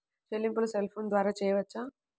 చెల్లింపులు cell phone ద్వారా చేయవచ్చా?